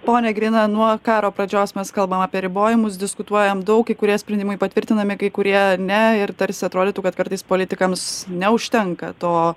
pone grina nuo karo pradžios mes kalbam apie ribojimus diskutuojam daug kai kurie sprendimai patvirtinami kai kurie ne ir tarsi atrodytų kad kartais politikams neužtenka to